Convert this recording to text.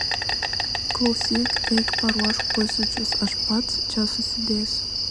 klausyk eik paruošk pusryčius aš pats čia susidėsiu